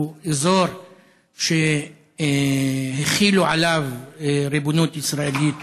הוא אזור שהחילו עליו ריבונות ישראלית